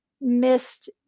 missed